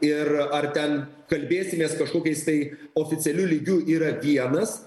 ir ar ten kalbėsimės kažkokiais tai oficialiu lygiu yra vienas